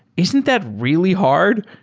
isn't that really hard?